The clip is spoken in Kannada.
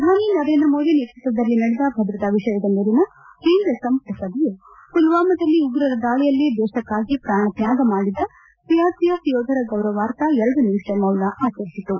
ಪ್ರಧಾನಿ ನರೇಂದ್ರ ಮೋದಿ ನೇತೃತ್ವದಲ್ಲಿ ನಡೆದ ಭದ್ರತಾ ವಿಷಯದ ಮೇಲಿನ ಕೇಂದ್ರ ಸಂಪುಟ ಸಭೆಯು ಮಲ್ವಾಮಾದಲ್ಲಿ ಉಗ್ರರ ದಾಳಿಯಲ್ಲಿ ದೇಶಕ್ಕಾಗಿ ಪ್ರಾಣ ತ್ಕಾಗ ಮಾಡಿದ ಸಿಆರ್ಪಿಎಫ್ ಯೋಧರ ಗೌರವಾರ್ಥ ಎರಡು ನಿಮಿಷ ಮೌನ ಆಚರಿಸಿತು